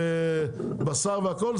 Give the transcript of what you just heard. ובשר והכל,